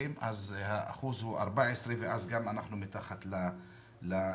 האחוז הוא 14% ואז גם אנחנו מתחת לממוצע.